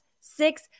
six